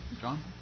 John